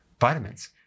vitamins